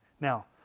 now